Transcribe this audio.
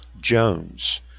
Jones